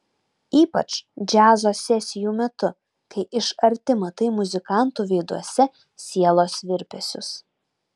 ypač džiazo sesijų metu kai iš arti matai muzikantų veiduose sielos virpesius